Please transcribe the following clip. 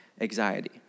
anxiety